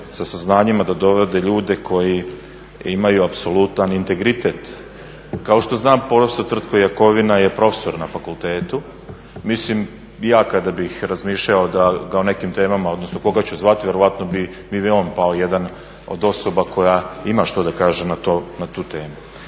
sa saznanjima da dovode ljudi koji imaju apsolutan integritet. Kao što znam …/Govornik se ne razumije./… je profesor na fakultetu. Mislim ja kada bih razmišljao da ga o nekim temama, odnosno koga ću zvati vjerojatno bi mi on pao jedan od osoba koja ima što da kaže na tu temu.